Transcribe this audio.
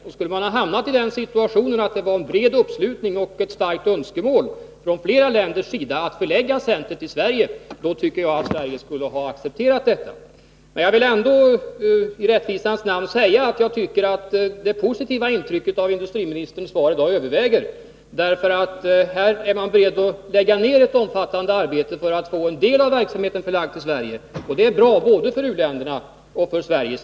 Och skulle man ha hamnat i den situationen att det var en bred uppslutning och ett starkt önskemål från flera länders sida om att förlägga centret till Sverige, tycker jag att Sverige skulle ha accepterat det. Jag vill ändå i rättvisans namn säga att jag tycker att det positiva intrycket av industriministerns svar i dag överväger. Man är ju beredd att lägga ned ett omfattande arbete för att få en del av verksamheten till Sverige, och det är bra, både för u-länderna och för Sverige.